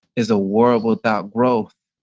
is a world without growth.